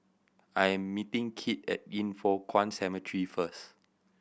I am meeting Kit at Yin Foh Kuan Cemetery first